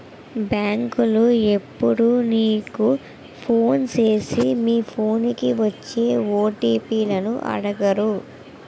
బేంకోలు ఎప్పుడూ మీకు ఫోను సేసి మీ ఫోన్లకి వచ్చే ఓ.టి.పి లను అడగరు